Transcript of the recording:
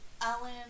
Alan